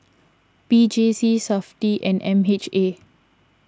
P J C SAFTI and M H A